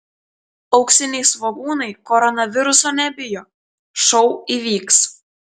auksiniai svogūnai koronaviruso nebijo šou įvyks